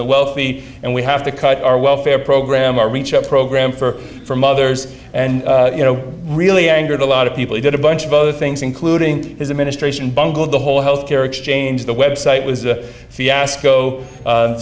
the wealthy and we have to cut our welfare program our reach out program for from others and you know really angered a lot of people he did a bunch of other things including his administration bungled the whole health care exchange the website was a fiasco